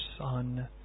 son